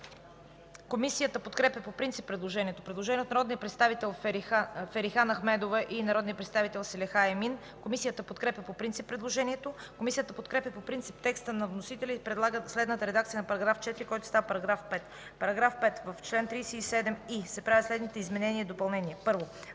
Комисията подкрепя по принцип предложението. Предложение от народните представители Ферихан Ахмедова и Салиха Емин. Комисията подкрепя по принцип предложението. Комисията подкрепя по принцип текста на вносителя и предлага следната редакция на § 4, който става § 5: „§ 5. В чл. 37и се правят следните изменения и допълнения: